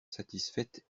satisfaite